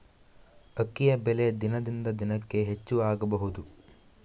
ಅಕ್ಕಿಯ ಬೆಲೆ ದಿನದಿಂದ ದಿನಕೆ ಹೆಚ್ಚು ಆಗಬಹುದು?